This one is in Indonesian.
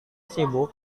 sibuk